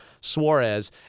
Suarez